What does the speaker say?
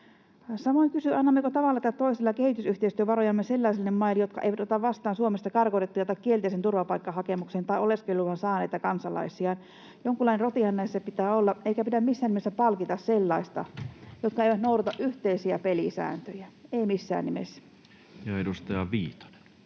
Samoin kysyn, annammeko tavalla tai toisella kehitysyhteistyövarojamme sellaisille maille, jotka eivät ota vastaan Suomesta karkotettuja tai kielteisen turvapaikkahakemuksen tai oleskeluluvan saaneita kansalaisiaan. Jonkinlainen rotihan näissä pitää olla, eikä pidä missään nimessä palkita sellaisia, jotka eivät noudata yhteisiä pelisääntöjä, ei missään nimessä. [Speech